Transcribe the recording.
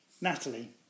Natalie